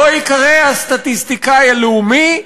לא ייקרא "הסטטיסטיקאי הלאומי"